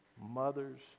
mothers